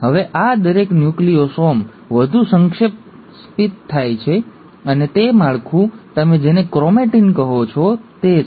હવે આ દરેક ન્યુક્લિયોસોમ વધુ સંક્ષેપિત થાય છે અને તે માળખું તમે જેને ક્રોમેટિન કહો છો તે છે